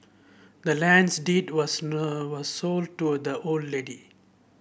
the land's deed was was sold to the old lady